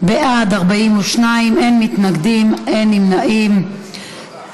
והבריאות בדבר תיקון טעות בחוק התוכנית הכלכלית (תיקוני